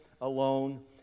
alone